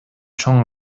чоң